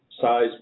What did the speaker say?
size